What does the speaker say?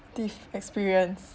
positive experience